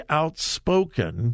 outspoken